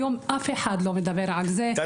היום אף אחד לא מדבר על זה,